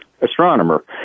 astronomer